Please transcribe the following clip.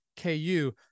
KU